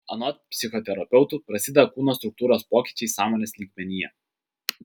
anot psichoterapeutų prasideda kūno struktūros pokyčiai sąmonės lygmenyje